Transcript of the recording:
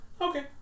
Okay